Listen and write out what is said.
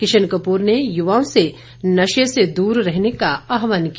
किशन कपूर ने युवाओं से नशे से दूर रहने का आह्वान किया